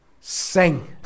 sing